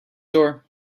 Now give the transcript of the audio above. door